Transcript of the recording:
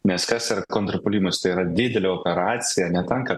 nes kas yra kontrpuolimas tai yra didelė operacija netenka